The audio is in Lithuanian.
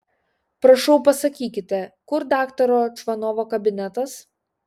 prašau pasakykite kur daktaro čvanovo kabinetas